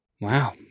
Wow